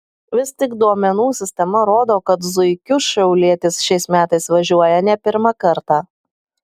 vis tik duomenų sistema rodo kad zuikiu šiaulietis šiais metais važiuoja ne pirmą kartą